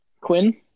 Quinn